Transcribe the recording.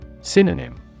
Synonym